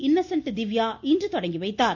Innocent Divya இன்று தொடங்கி வைத்தார்